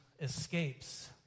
escapes